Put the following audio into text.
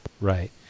Right